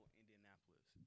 Indianapolis